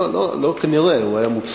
לא כנראה, הוא היה מוצלח.